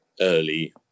early